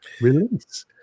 release